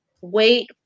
wait